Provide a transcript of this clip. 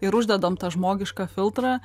ir uždedam tą žmogišką filtrą